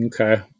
Okay